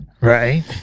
Right